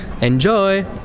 Enjoy